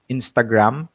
Instagram